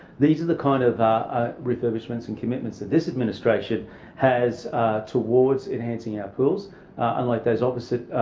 these are the kind of refurbishments and commitments that this administration has towards enhancing our pools unlike those opposite,